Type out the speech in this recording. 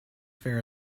fair